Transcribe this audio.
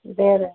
दे रहे हैं